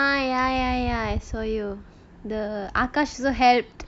ah ya ya ya so akash also helped